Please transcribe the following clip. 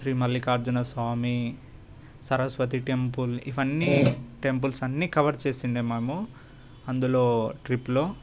Shri Mallikarjuna Swami Saraswati temple ఇవన్నీ temples అన్ని cover చేసిందే మేము అందులో ట్రిప్పులో